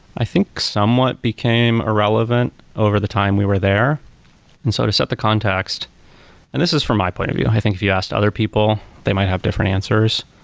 i think somewhat became irrelevant over the time we were there and so to set the context and this is from my point of view. i think if you asked other people, they might have different answers.